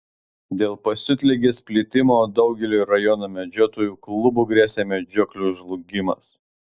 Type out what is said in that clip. dėl pasiutligės plitimo daugeliui rajono medžiotojų klubų gresia medžioklių žlugimas